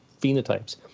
phenotypes